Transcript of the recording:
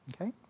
okay